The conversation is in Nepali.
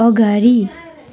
अगाडि